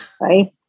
Right